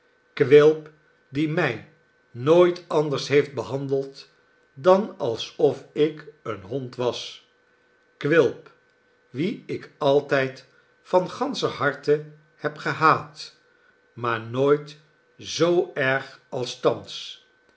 quilp die mij nooit anders heeft behandeld dan alsof ik een hond was quilp wien ik altijd van ganscher harte hebgehaat maar nooit zoo erg als thans